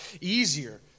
easier